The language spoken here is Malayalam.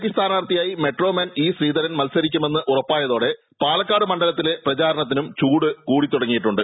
പി സ്ഥാനാർത്ഥിയായി മെട്രോമാൻ ഇ ശ്രീധരൻ മത്സരിക്കുമെന്ന് ഉറപ്പായതോടെ പാലക്കാട് മണ്ഡലത്തിലെ പ്രചാരണത്തിനും ചൂട് കൂടി തുടങ്ങിയിട്ടുണ്ട്